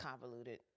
convoluted